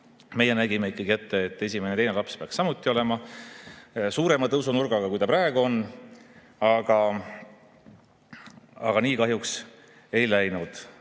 Meie nägimegi ette, et esimese ja teise lapse [toetus] peaks samuti olema suurema tõusunurgaga, kui ta praegu on. Aga nii kahjuks ei läinud. Siin